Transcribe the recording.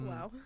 Wow